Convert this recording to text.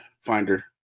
finder